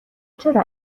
چرا